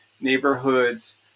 neighborhoods